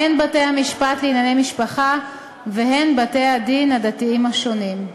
הן בתי-המשפט לענייני משפחה והן בתי-הדין הדתיים השונים.